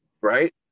Right